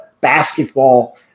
basketball